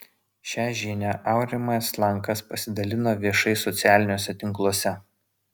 šią žinią aurimas lankas pasidalino viešai socialiniuose tinkluose